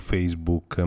Facebook